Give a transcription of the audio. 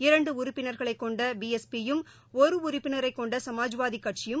இரண்டுஉறுப்பினர்களைகொண்டபிஎஸ்பி யும் ஒருஉறுப்பினரைகொண்டசமாஜ்வாகிகட்சியும்